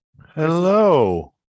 Hello